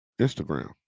Instagram